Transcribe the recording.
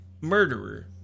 murderer